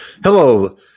hello